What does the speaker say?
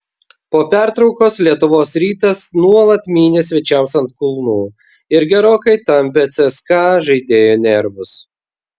po pertraukos lietuvos rytas nuolat mynė svečiams ant kulnų ir gerokai tampė cska žaidėjų nervus